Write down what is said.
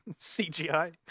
CGI